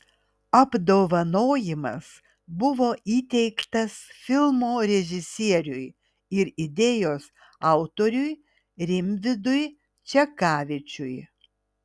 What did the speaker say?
apdovanojimas buvo įteiktas filmo režisieriui ir idėjos autoriui rimvydui čekavičiui